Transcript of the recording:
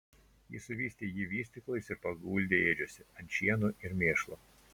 ji suvystė jį vystyklais ir paguldė ėdžiose ant šieno ir mėšlo